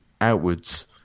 outwards